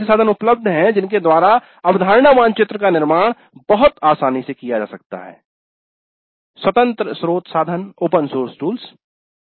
ऐसे साधन उपलब्ध हैं जिनके द्वारा अवधारणा मानचित्र का निर्माण बहुत आसानी से किया जा सकता है स्वतंत्र स्त्रोत साधन open source tools open source tools